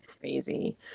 crazy